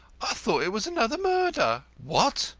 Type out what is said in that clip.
i thought it was another murder. what!